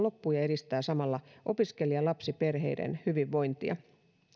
loppuun ja edistää samalla opiskelijalapsiperheiden hyvinvointia